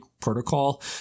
protocol